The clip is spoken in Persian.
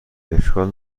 اشکال